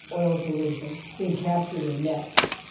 oil pollution, being captured in nets,